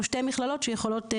לספר לי כמה שנים הוא מטפל,